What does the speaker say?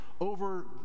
over